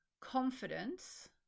confidence